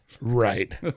Right